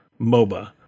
MOBA